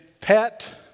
pet